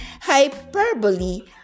hyperbole